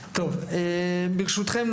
ברשותכם,